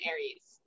Aries